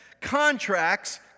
Contracts